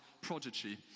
prodigy